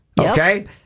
okay